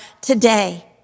today